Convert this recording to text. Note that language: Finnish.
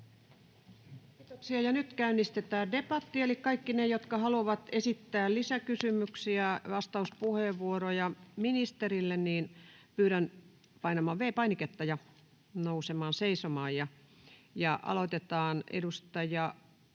Kiitoksia. — Ja nyt käynnistetään debatti. Eli kaikkia niitä, jotka haluavat esittää ministerille lisäkysymyksiä, vastauspuheenvuoroja, pyydän painamaan V-painiketta ja nousemaan seisomaan. Aloitetaan.